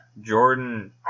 Jordan